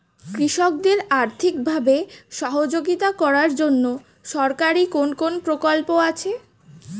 কৃষকদের আর্থিকভাবে সহযোগিতা করার জন্য সরকারি কোন কোন প্রকল্প আছে?